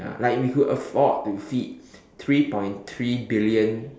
ya like we could afford to feed three point three billion